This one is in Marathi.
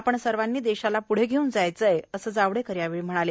आपण सर्वांनी देशाला पुढं घेऊन जायचं आहे असं जावडेकर यावेळी म्हणाले